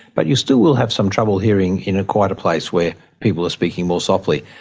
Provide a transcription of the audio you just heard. but you still will have some trouble hearing in a quieter place where people are speaking more softly.